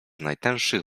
najtęższych